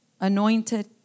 anointed